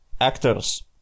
actors